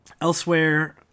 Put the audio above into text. Elsewhere